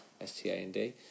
S-T-A-N-D